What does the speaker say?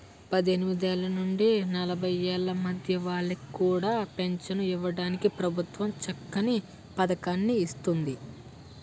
పద్దెనిమిదేళ్ల నుండి నలభై ఏళ్ల మధ్య వాళ్ళకి కూడా పెంచను ఇవ్వడానికి ప్రభుత్వం చక్కని పదకాన్ని ఇస్తోంది